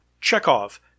Chekhov